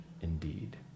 indeed